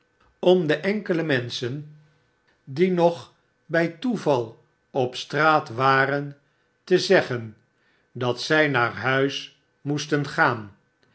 bij toeval op straat waren te zeggen dat zij naar huis moesten gaan